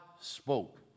spoke